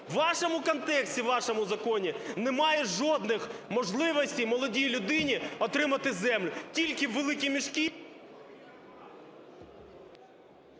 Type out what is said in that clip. У вашому контексті, у вашому законі немає жодних можливостей молодій людині отримати землю, тільки "великі мішки"…